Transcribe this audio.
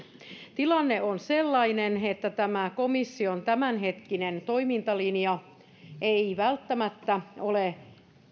tilanne on sellainen että tämä komission tämänhetkinen toimintalinja ei välttämättä ole